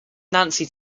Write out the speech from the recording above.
nancy